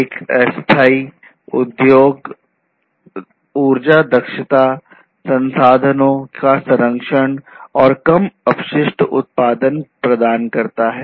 एक स्थायी उद्योग ऊर्जा दक्षता संसाधनों का संरक्षण और कम अपशिष्ट उत्पादन प्रदान करता है